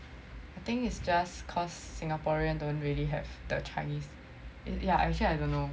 the thing is just cause singaporean don't really have the chinese yeah actually I don't know